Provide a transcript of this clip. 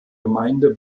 gemeinde